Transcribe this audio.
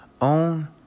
own